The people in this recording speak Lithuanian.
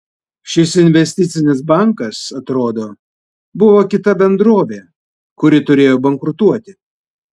šis investicinis bankas atrodo buvo kita bendrovė kuri turėjo bankrutuoti